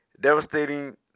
devastating